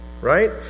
Right